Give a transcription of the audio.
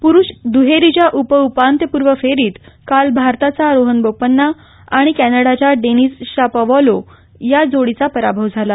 पुरुष दुहेरीच्या उप उपांत्यपूर्व फेरीत काल भारताचा रोहन बोप्पण्णा आणि कॅनडाच्या डेनिस शापोव्हालोव्ह या जोडीचा पराभव झाला